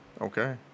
okay